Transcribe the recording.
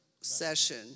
session